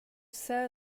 sell